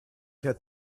had